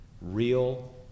real